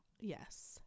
yes